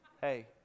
hey